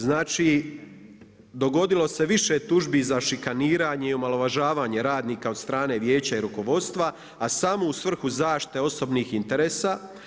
Znači dogodilo se više tužbi za šikaniranje i omalovažavanje radnika od strane vijeća i rukovodstva a samo u svrhu zaštite osobnih interesa.